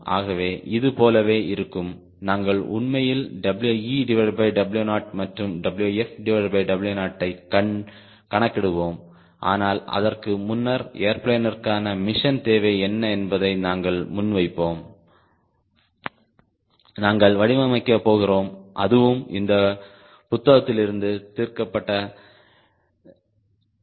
ஆகவே இது போலவே இருக்கும் நாங்கள் உண்மையில் WeW0 மற்றும் WfW0 ஐ கணக்கிடுவோம் ஆனால் அதற்கு முன்னர் ஏர்பிளேனிற்கான மிஷன் தேவை என்ன என்பதை நாங்கள் முன்வைப்போம் நாங்கள் வடிவமைக்கப் போகிறோம் அதுவும் இந்த புத்தகத்திலிருந்து தீர்க்கப்பட்ட எடுத்துக்காட்டாகும்